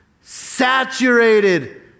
saturated